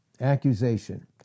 Accusation